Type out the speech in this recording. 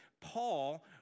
Paul